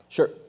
Sure